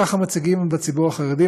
ככה מציגים בציבור החרדי,